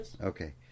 Okay